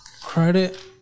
Credit